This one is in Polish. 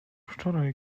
wczoraj